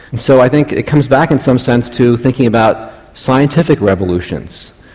so i think it comes back in some sense to thinking about scientific revolutions.